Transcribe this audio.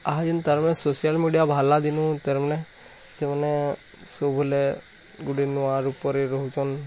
ଆହା ଯେନ୍ତା ତା'ର social media ବାହାରିଲା ଦିନୁ ତାର୍ ମାନେ ସେମାନେ ସବୁବେଲେ ଗୁଟେ ନୂଆ ରୂପରେ ରହୁଛନ୍